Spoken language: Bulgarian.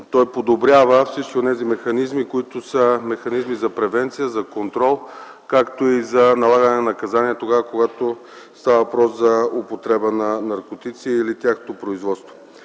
той подобрява всички онези механизми, които са за превенция, за контрол, както и за налагане на наказание, когато става въпрос за употреба на наркотици или тяхното производство.